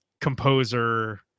composer